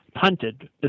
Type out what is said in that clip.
punted